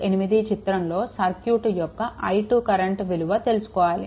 28 చిత్రంలో సర్క్యూట్ యొక్క i2 current విలువ తెలుసుకోవాలి